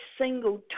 single